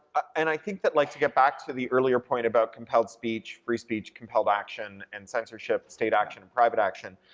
and i think, like, to get back to the earlier point about compelled speech, free speech, compelled action, and censorship, and state action and private action,